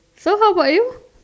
so how about you